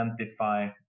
identify